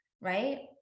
right